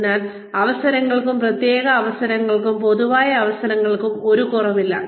അതിനാൽ അവസരങ്ങൾക്കും പ്രത്യേക അവസരങ്ങൾക്കും പൊതുവായ അവസരങ്ങൾക്കും ഒരു കുറവുമില്ല